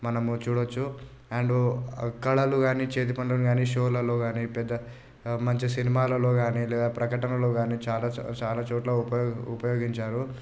మనము చూడొచ్చు అండ్ కళలు కాని చేతిపనులను కాని షోలలో కాని పెద్ద మంచు సినిమాలలో కాని లేదా ప్రకటనలో కాని చాలా చాలా చాలా చోట్ల ఉపయో ఉపయోగించారు